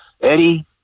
Eddie